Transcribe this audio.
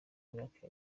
myaka